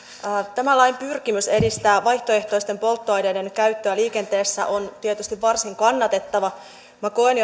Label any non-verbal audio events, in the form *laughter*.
tämän lain pyrkimys edistää vaihtoehtoisten polttoaineiden käyttöä liikenteessä on tietysti varsin kannatettava minä koen *unintelligible*